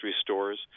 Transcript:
stores